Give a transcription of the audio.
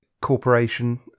corporation